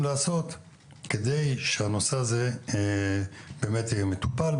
לעשות כדי שהנושא הזה באמת יהיה מטופל.